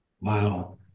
Wow